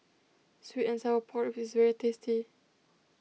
Sweet and Sour Pork Ribs is very tasty